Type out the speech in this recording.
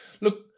Look